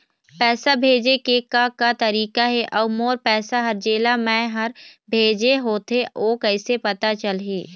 पैसा भेजे के का का तरीका हे अऊ मोर पैसा हर जेला मैं हर भेजे होथे ओ कैसे पता चलही?